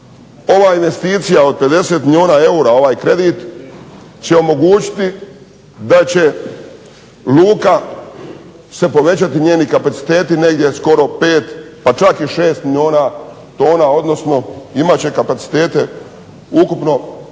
Ova investicija od 50 milijuna eura, ovaj kredit će omogućiti da će luka se povećati, njeni kapaciteti negdje skoro 5, pa čak i 6 milijuna tona, odnosno imat će kapacitete ukupno